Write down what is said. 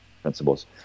principles